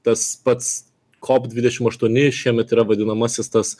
tas pats kop dvidešim aštuoni šiemet yra vadinamasis tas